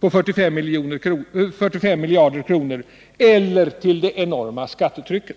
på 45 miljarder kronor eller till det enorma skattetrycket.